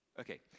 okay